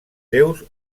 déus